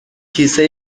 کیسه